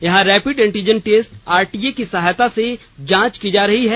यहां rapid antigen test RTA की सहायता से जांच की जा रही है